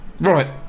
Right